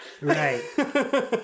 Right